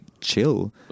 chill